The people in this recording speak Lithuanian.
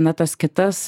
na tas kitas